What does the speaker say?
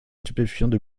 stupéfiants